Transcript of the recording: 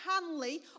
Hanley